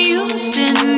using